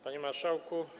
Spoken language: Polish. Panie Marszałku!